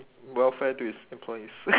welfare to its employees